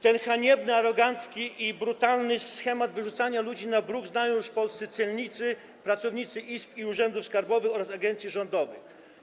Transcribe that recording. Ten haniebny, arogancki i brutalny schemat wyrzucania ludzi na bruk znają już polscy celnicy, pracownicy izb i urzędów skarbowych oraz agencji rządowych.